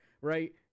right